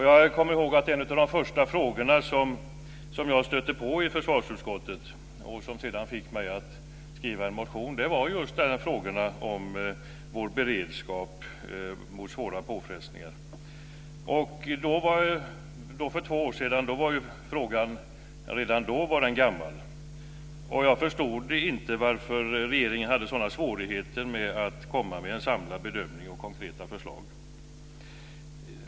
Jag kommer ihåg att en av de första frågorna som jag stötte på i försvarsutskottet, och som sedan fick mig att väcka en motion, var just frågorna om vår beredskap mot svåra påfrestningar. Frågan var gammal redan för två år sedan. Jag förstod inte varför regeringen hade sådana svårigheter med att komma med en samlad bedömning och konkreta förslag.